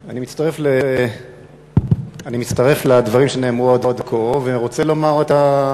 אני מצטרף לדברים שנאמרו עד כה, ורוצה לומר אותם